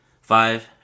five